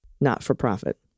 not-for-profit